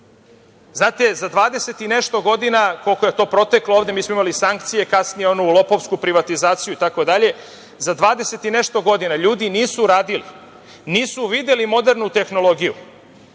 Znate, za 20 i nešto godina, koliko je to proteklo, ovde mi smo imali sankcije, kasnije onu lopovsku privatizaciju, itd, za 20 i nešto godina ljudi nisu radili, nisu videli modernu tehnologiju